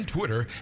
Twitter